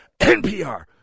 NPR